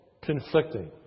conflicting